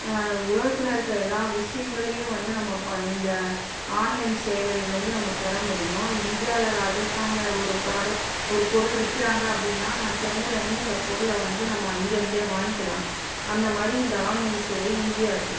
உலகத்தில் இருக்க எல்லா விஷயங்களையும் வந்து நம்ம இப்போ இந்த ஆன்லைன் சேவைகள்லேருந்து நம்ம பெறமுடியும் இந்தியாவில் ராஜஸ்தானில் ஒரு ப்ராடக்ட் ஒரு பொருள் விற்கிறாங்க அப்படின்னா நான் சென்னையிலேருந்து இந்த பொருளை வந்து நம்ம அங்கேருந்தே வாங்கிக்கலாம் அந்தமாதிரி இந்த ஆன்லைன் சேவை ஈஸியாக இருக்குது